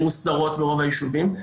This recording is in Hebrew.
מוסדרות ברוב הישובים.